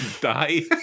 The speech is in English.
die